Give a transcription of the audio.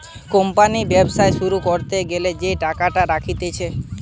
company ব্যবসা শুরু করতে গ্যালা যে টাকাটা রাখতিছে